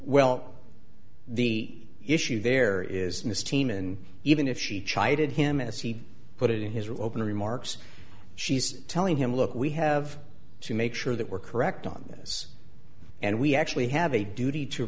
well the issue there is in this team and even if she chided him as he put it in his opening remarks she's telling him look we have to make sure that we're correct on this and we actually have a duty to